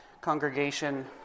Congregation